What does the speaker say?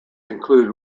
include